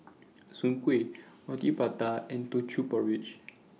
Soon Kueh Roti Prata and Teochew Porridge